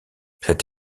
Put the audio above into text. cette